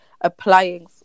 applying